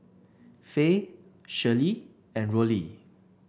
Faye Shirley and Rollie